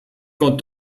con